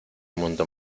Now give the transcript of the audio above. mundo